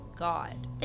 god